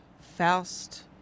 Faust